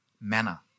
manner